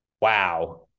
Wow